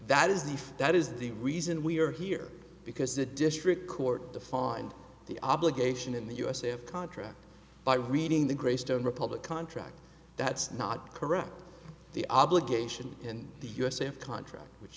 that is the that is the reason we are here because the district court defined the obligation in the usa of contract by reading the greystone republic contract that's not correct the obligation in the us and contract which